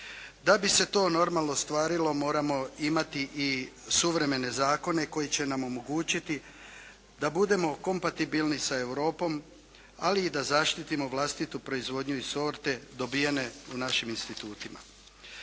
Da bi se to normalno ostvarilo moramo imati i suvremene zakone koji će nam omogućiti da budemo kompatibilni sa Europom ali i da zaštitimo vlastitu proizvodnju i sorte dobijene u našim institutima.